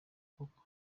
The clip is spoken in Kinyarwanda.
koko